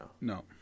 No